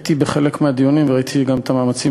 הייתי בחלק מהדיונים וראיתי את המאמצים